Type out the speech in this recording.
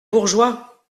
bourgeois